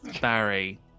Barry